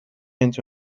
into